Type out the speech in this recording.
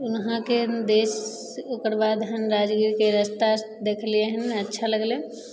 वहाँके देश ओकरबाद हम राजगीरके रस्ता देखलिए हँ अच्छा लागलै